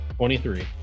23